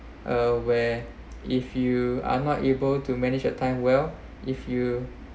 uh where if you are not able to manage your time well if you